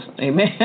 Amen